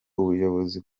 ubuyobozi